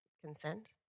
consent